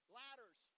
ladders